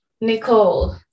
Nicole